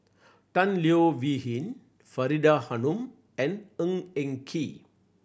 Tan Leo Wee Hin Faridah Hanum and Ng Eng Kee